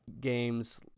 games